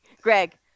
Greg